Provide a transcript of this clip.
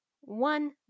one